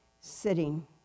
sitting